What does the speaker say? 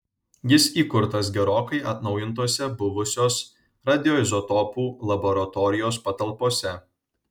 jis įkurtas gerokai atnaujintose buvusios radioizotopų laboratorijos patalpose